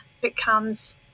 becomes